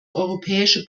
europäische